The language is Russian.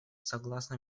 согласно